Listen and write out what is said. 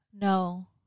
no